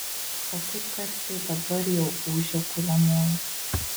o kaip garsiai dabar jau ūžia kuliamoji